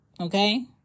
Okay